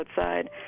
outside